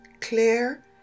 clear